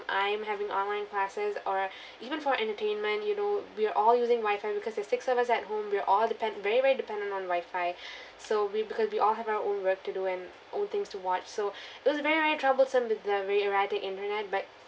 I'm having online classes or even for entertainment you know we're all using wi-fi because there's six of us at home we're all depend very very dependent on wi-fi so we because we all have our own work to do and own things to watch so it was very very troublesome with the very erratic internet but